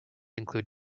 include